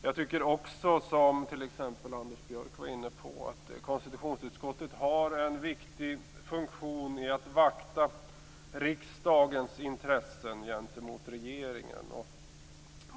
Jag tycker också, som t.ex. Anders Björck var inne på, att konstitutionsutskottet har en viktig funktion i att vakta riksdagens intressen gentemot regeringen.